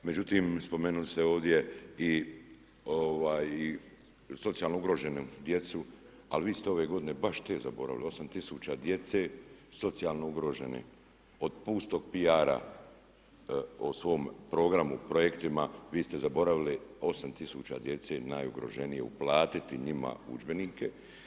Međutim spomenuli ste ovdje i socijalno ugroženu djecu ali vi ste ove godine baš te zaboravili 8 tisuća djece socijalno ugrožene od pustog PR-a o svom programu, projektima vi ste zaboravili 8 tisuća djece najugroženije, uplatiti njima udžbenike.